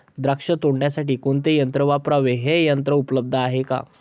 द्राक्ष तोडण्यासाठी कोणते यंत्र वापरावे? हे यंत्र उपलब्ध आहे का?